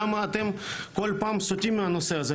למה אתם כל פעם סוטים מהנושא הזה?